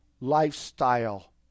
lifestyle